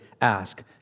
ask